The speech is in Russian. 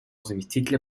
заместителя